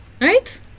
right